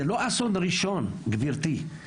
זה לא אסון ראשון, גבירתי.